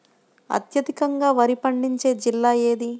అత్యధికంగా వరి పండించే జిల్లా ఏది?